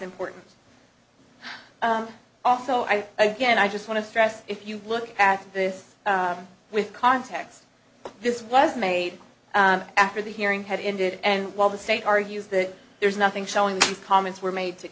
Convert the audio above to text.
important also i again i just want to stress if you look at this with context this was made after the hearing had ended and while the state argues that there's nothing showing these comments were made to